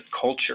culture